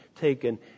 taken